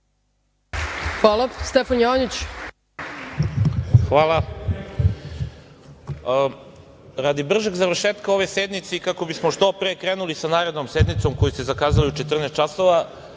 **Stefan Janjić** Radi završetka ove sednice, kako bismo što pre krenuli sa narednom sednicom koju ste zakazali u 14 časova,